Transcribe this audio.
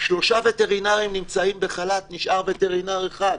שלושה וטרינרים נמצאים בחל"ת, נשאר וטרינר אחד.